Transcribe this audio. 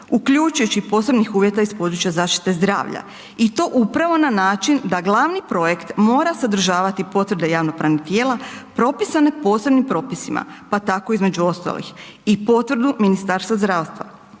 uključujući posebnih uvjeta iz područja zaštite zdravlja i to upravo na način da glavni projekt mora sadržavati potvrde javno-pravnih tijela propisane posebnim propisima pa tako između ostalih i potvrdu Ministarstva zdravstva.